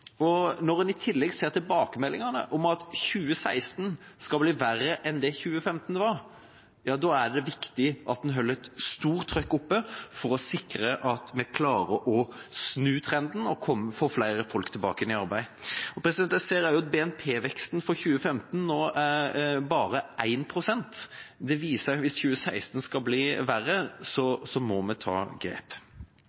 Når en i tillegg ser tilbakemeldinger om at 2016 skal bli verre enn 2015 var, er det viktig at en holder oppe et stort trykk for å sikre at vi klarer å snu trenden og får flere folk tilbake i arbeid. Jeg ser også at BNP-veksten for 2015 var på bare 1 pst. Det viser at hvis 2016 er ventet å bli verre,